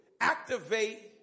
activate